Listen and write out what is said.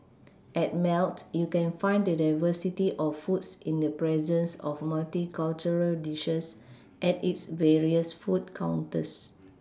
at melt you can find the diversity of foods in the presence of multicultural dishes at its various food counters